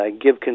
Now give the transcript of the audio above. give